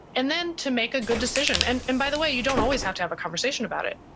and then to make a good decision. and and by the way, you don't always have to have a conversation about it.